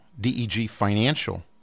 degfinancial